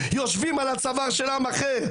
יושבים על הצוואר של עם אחר",